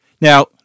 Now